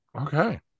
Okay